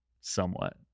somewhat